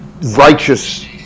righteous